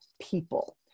people